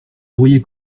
pourriez